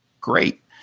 Great